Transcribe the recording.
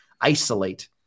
isolate